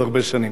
עוד הרבה שנים.